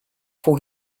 for